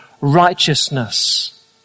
righteousness